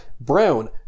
brown